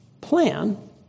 plan